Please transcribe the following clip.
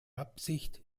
absicht